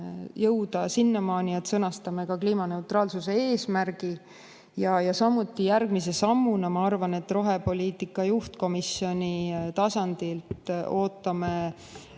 jõuda sinnamaani, et sõnastame ka kliimaneutraalsuse eesmärgi, ja järgmise sammuna, ma arvan, rohepoliitika juhtkomisjoni tasandilt ootame